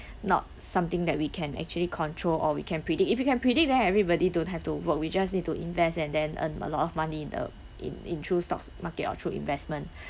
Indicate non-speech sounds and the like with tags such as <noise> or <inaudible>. not something that we can actually control or we can predict if we can predict then everybody don't have to work we just need to invest and then earn a lot of money in the in in through stocks market or through investment <breath>